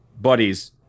Buddies